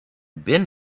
been